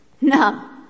No